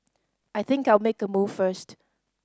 I think I'll make a move first